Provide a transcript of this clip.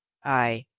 ay,